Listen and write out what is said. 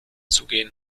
zugehen